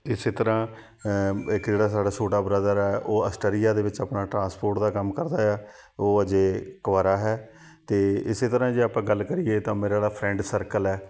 ਇਸੇ ਤਰ੍ਹਾਂ ਇੱਕ ਜਿਹੜਾ ਸਾਡਾ ਛੋਟਾ ਬ੍ਰਦਰ ਹੈ ਉਹ ਅਸਟਰੀਆ ਦੇ ਵਿੱਚ ਆਪਣਾ ਟ੍ਰਾਂਸਪੋਰਟ ਦਾ ਕੰਮ ਕਰਦਾ ਹੈ ਆ ਉਹ ਅਜੇ ਕੁਵਾਰਾ ਹੈ ਅਤੇ ਇਸੇ ਤਰ੍ਹਾਂ ਜੇ ਆਪਾਂ ਗੱਲ ਕਰੀਏ ਤਾਂ ਮੇਰਾ ਜਿਹੜਾ ਫਰੈਂਡ ਸਰਕਲ ਹੈ